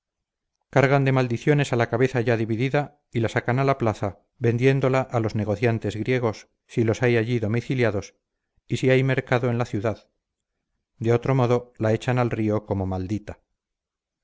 cargan de maldiciones a la cabeza ya dividida y la sacan a la plaza vendiéndola a los negociantes griegos si los hay allí domiciliados y si hay mercado en la ciudad de otro modo la echan al río como maldita